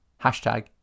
Hashtag